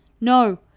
No